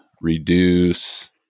reduce